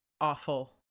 awful